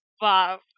Wow